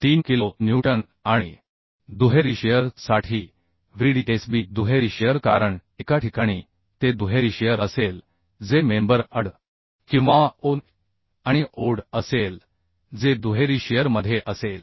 3 kilo newton आणि दुहेरी shear साठी Vdsb दुहेरी शिअर कारण एका ठिकाणी ते दुहेरी शिअर असेल जे मेंबर AD किंवा OA आणि OD असेल जे दुहेरी शिअर मध्ये असेल